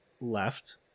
left